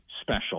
special